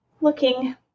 looking